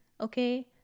okay